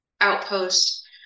outpost